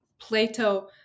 Plato